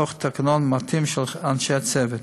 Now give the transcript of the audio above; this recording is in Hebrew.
תוך תקנון מתאים של אנשי צוות.